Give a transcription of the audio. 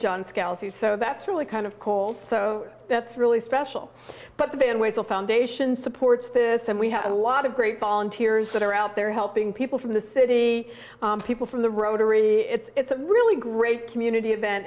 who so that's really kind of colts so that's really special but the band with a foundation supports this and we have a lot of great volunteers that are out there helping people from the city people from the rotary it's a really great community event